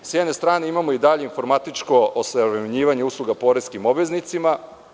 S jedne strane, imamo i dalje informatičko osavremenjivanje usluga poreskim obveznicima.